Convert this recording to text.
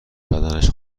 بدنش